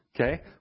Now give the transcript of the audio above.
okay